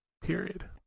period